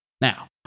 now